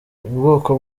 ubwoko